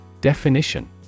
Definition